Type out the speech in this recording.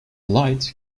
light